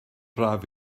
braf